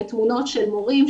תמונות של מורים,